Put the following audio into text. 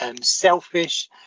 selfish